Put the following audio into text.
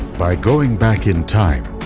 by going back in time,